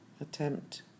attempt